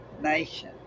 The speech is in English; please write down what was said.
nation